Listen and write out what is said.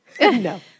No